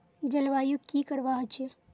जलवायु की करवा होचे?